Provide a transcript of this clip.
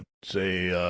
say,